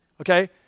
okay